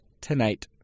tonight